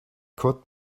could